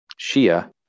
Shia